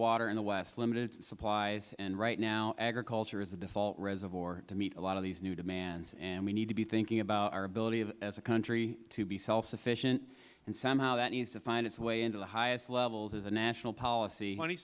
water in the west limited supplies right now agriculture is the default reservoir to meet a lot of these new demands we need to be thinking about our ability as a country to be self sufficient and somehow that needs to find its way into the highest levels of the national policy